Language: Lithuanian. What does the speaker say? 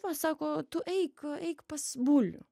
va sako tu eik eik pas bulių